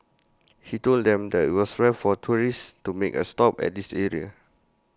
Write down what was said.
he told them that IT was rare for tourists to make A stop at this area